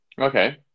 Okay